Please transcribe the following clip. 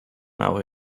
now